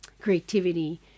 creativity